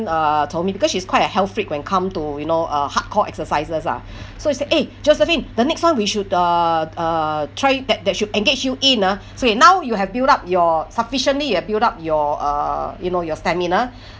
uh told me because she's quite a health freak when come to you know uh hardcore exercises ah so she say eh josephine the next one we should uh uh tried that that should engage you in ah so okay now you have built up your sufficiently you've build up your uh you know your stamina